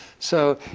so,